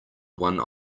one